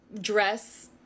dress